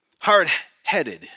hard-headed